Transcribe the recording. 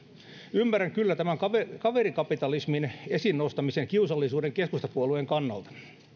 ymmärrän kyllä tämän kaverikapitalismin esiin nostamisen kiusallisuuden keskustapuolueen kannalta